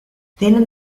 tienen